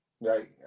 Right